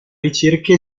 ricerca